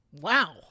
Wow